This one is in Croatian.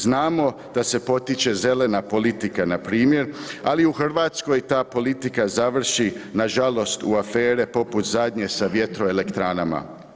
Znamo da se potiče zelena politika na primjer, ali u Hrvatskoj ta politika završi nažalost u afere poput zadnje sa vjetroelektranama.